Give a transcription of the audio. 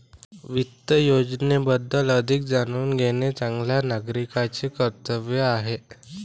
वित्त योजनेबद्दल अधिक जाणून घेणे चांगल्या नागरिकाचे कर्तव्य आहे